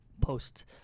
post